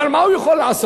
אבל מה הוא יכול לעשות?